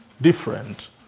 different